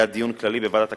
היה דיון כללי בוועדת הכלכלה,